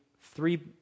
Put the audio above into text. Three